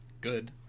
good